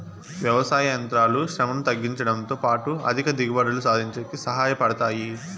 వ్యవసాయ యంత్రాలు శ్రమను తగ్గించుడంతో పాటు అధిక దిగుబడులు సాధించేకి సహాయ పడతాయి